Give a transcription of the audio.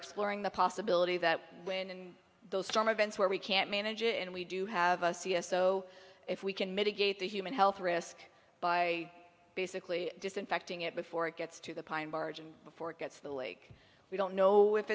exploring the possibility that when those storm events where we can't manage it and we do have a c s o if we can mitigate the human health risk by basically disinfecting it before it gets to the pine barge and before it gets to the lake we don't know if